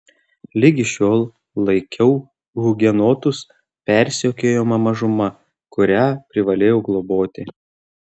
ligi šiol laikiau hugenotus persekiojama mažuma kurią privalėjau globoti